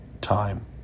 time